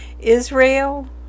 Israel